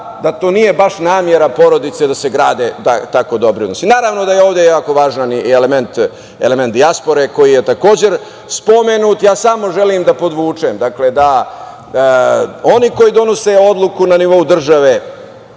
da to nije baš namera porodice da se grade tako dobri odnosi. Naravno, ovde je jako važan i element dijaspore, koji je takođe spomenut. Samo želim da podvučem da oni koji donose odluku na nivou države